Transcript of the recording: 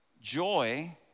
joy